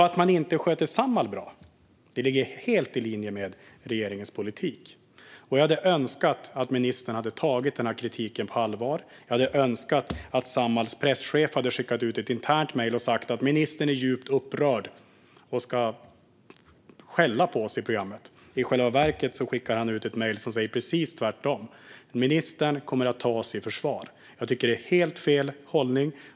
Att man inte sköter Samhall bra ligger alltså helt i linje med regeringens politik. Jag hade önskat att ministern hade tagit denna kritik på allvar. Jag hade önskat att Samhalls presschef hade skickat ut ett internt mejl och sagt att ministern är djupt upprörd och ska skälla på oss i programmet. I själva verket skickade han ut ett mejl där han säger det motsatta: Ministern kommer att ta oss i försvar. Jag tycker att det är helt fel hållning.